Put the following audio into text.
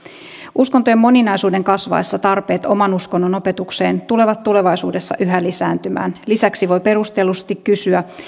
uskontojen moninaisuuden kasvaessa tarpeet oman uskonnon opetukseen tulevat tulevaisuudessa yhä lisääntymään lisäksi voi perustellusti kysyä